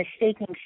mistaking